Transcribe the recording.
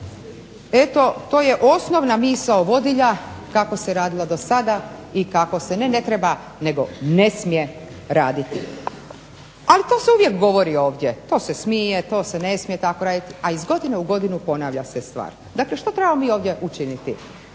Eto, to je osnovna misao vodilja kako se radilo do sada i kako se ne ne treba nego ne smije raditi, ali to se uvijek govori ovdje to se smije, to se ne smije raditi a iz godine u godinu ponavlja se stvar. Dakle, što trebamo mi ovdje učiniti?